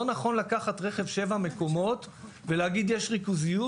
לא נכון לקחת רכב שבעה מקומות ולהגיד שיש ריכוזיות